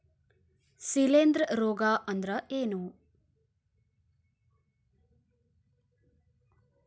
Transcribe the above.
ಶಿಲೇಂಧ್ರ ರೋಗಾ ಅಂದ್ರ ಏನ್?